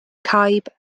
caib